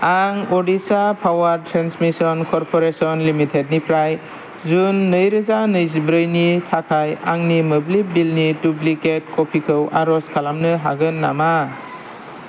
आं Odisha power transmission corporation limited निफ्राय जुन नैरोजा नैजिब्रैनि थाखाय आंनि मोब्लिब बिलनि डुब्लिकेट कपिखौ आर'ज खालामनो हागोन नामा